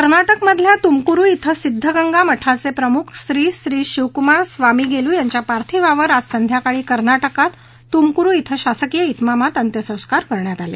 कर्नाटकमधल्या तुमकुरु खिल्या सिद्ध गंगा मठाचे प्रमुख श्री शिव कुमार स्वामीगेलु यांच्या पार्थिवावर आज संध्याकाळी कर्नाटकात तुमकुरु ब्रे शासकीय तिमामात अंत्यसंस्कार करण्यात आले